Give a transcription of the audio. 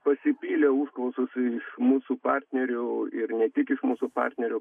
pasipylė užklausos iš mūsų partnerių ir ne tik iš mūsų partnerių